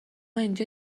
اینجا